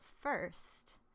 first